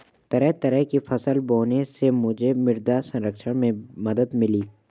तरह तरह की फसल बोने से मुझे मृदा संरक्षण में मदद मिली